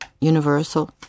universal